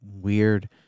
weird